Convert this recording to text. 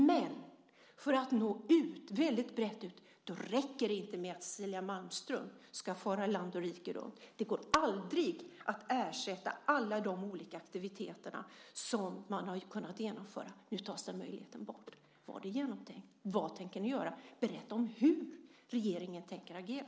Men för att nå ut väldigt brett räcker det inte med att Cecilia Malmström ska fara land och rike runt. Det går aldrig att ersätta alla de olika aktiviteter som man har kunnat genomföra. Nu tas den möjligheten bort. Var det genomtänkt? Vad tänker ni göra? Berätta hur regeringen tänker agera!